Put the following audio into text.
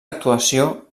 actuació